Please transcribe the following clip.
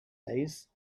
days